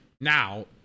now